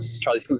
Charlie